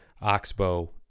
Oxbow